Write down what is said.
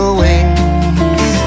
wings